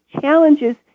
challenges